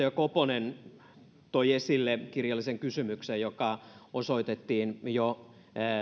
edustaja koponen toi esille kirjallisen kysymyksen joka osoitettiin jo